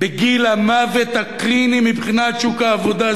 בגיל המוות הקליני מבחינת שוק העבודה,